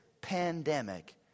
pandemic